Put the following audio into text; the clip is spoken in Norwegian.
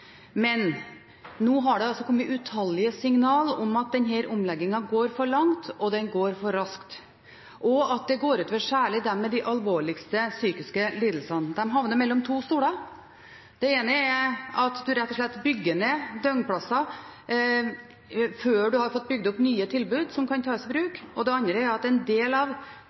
Men nå har det altså kommet utallige signaler om at denne omleggingen går for langt, at den går for raskt, og at det går ut over særlig dem med de alvorligste psykiske lidelsene. De havner mellom to stoler. Det ene er at en rett og slett bygger ned døgnplasser før en har fått bygd opp nye tilbud som kan tas i bruk. Og det andre er at en del av